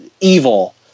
evil